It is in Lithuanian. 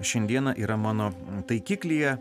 šiandieną yra mano taikiklyje